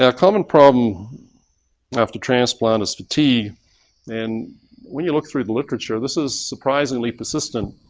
yeah common problem after transplant is fatigue. and when you look through the literature, this is surprisingly persistent.